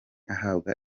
ahabwa